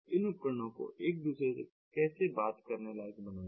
इन उपकरणों को एक दूसरे से कैसे बात करने लायक बनाएं